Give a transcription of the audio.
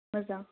मोजां